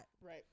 Right